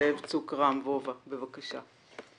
זאב צוק-רם, וובה, בבקשה.